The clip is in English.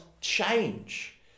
change